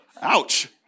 Ouch